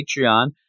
Patreon